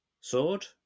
Sword